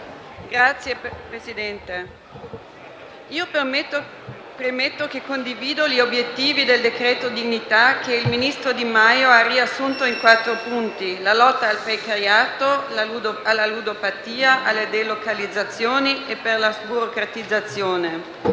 Signor Presidente, premetto che condivido gli obiettivi del decreto dignità che il ministro Di Maio ha riassunto in quattro punti: lotta al precariato, lotta alla ludopatia, lotta alle delocalizzazioni e alla sburocratizzazione.